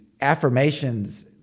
affirmations